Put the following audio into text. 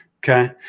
Okay